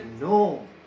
No